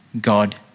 God